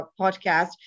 podcast